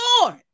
Lord